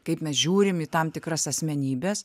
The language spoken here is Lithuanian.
kaip mes žiūrim į tam tikras asmenybes